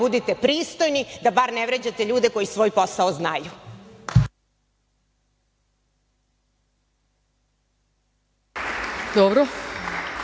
budite pristojni da bar ne vređate ljude koji svoj posao znaju.